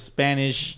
Spanish